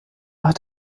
hat